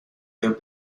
their